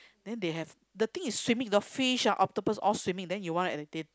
then they have the thing is swimming the fish ah octopus all swimming then he wants at a tank